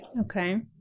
Okay